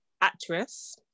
actress